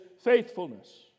faithfulness